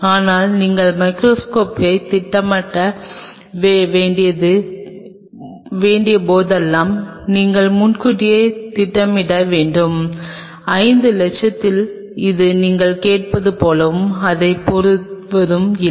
ஆனால் நீங்கள் மைகிரோஸ்கோப்க்குத் திட்டமிட வேண்டிய போதெல்லாம் நாங்கள் முன்கூட்டியே திட்டமிட வேண்டும் 5 லட்சத்தில் இது நீங்கள் கேட்பது போலவும் அதைப் பெறுவதும் இல்லை